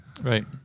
right